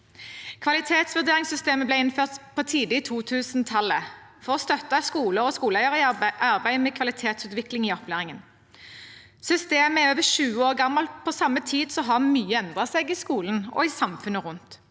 Kvalitetsvurderingssystemet ble innført tidlig på 2000-tallet for å støtte skoler og skoleeiere i arbeidet med kvalitetsutvikling i opplæringen. Systemet er over 20 år gammelt. På samme tid har mye endret seg i skolen og i samfunnet rundt.